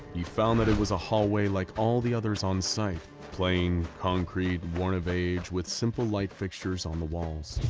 he found that it was a hallway like all the others on site plain concrete, worn with age, with simple light fixtures on the walls.